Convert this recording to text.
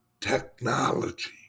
technology